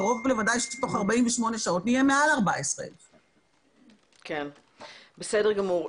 קרוב לוודאי שתוך 48 שעות נהיה מעל 14,000. בסדר גמור.